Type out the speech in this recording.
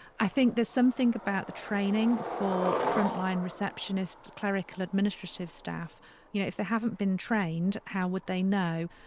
i think there's something about the training for frontline receptionists, clerical, administrative staff you know if they haven't been trained how would they know?